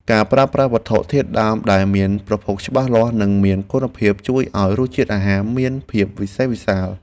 ការប្រើប្រាស់វត្ថុធាតុដើមដែលមានប្រភពច្បាស់លាស់ និងមានគុណភាពជួយឱ្យរសជាតិអាហារមានភាពវិសេសវិសាល។